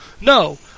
No